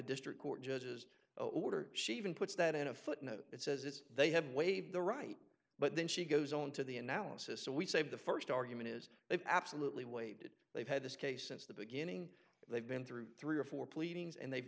district court judge's order she even puts that in a footnote it says it they have waived the right but then she goes on to the analysis so we save the first argument is they absolutely waived it they've had this case since the beginning they've been through three or four pleadings and they've